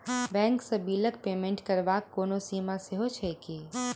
Bank सँ बिलक payment करबाक कोनो सीमा सेहो छैक की?